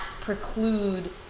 preclude